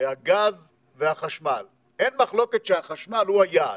הגז והחשמל, אין מחלוקת שהחשמל הוא היעד.